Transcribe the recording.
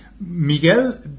Miguel